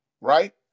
Right